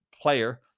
player